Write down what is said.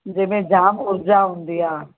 जंहिं में जाम उर्जा हूंदी आहे